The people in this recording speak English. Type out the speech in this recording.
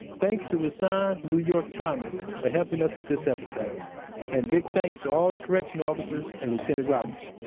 thanks to rahsaan new york thomas for helping us with this episode and big thanks to all the correctional officers and lieutenant robinson.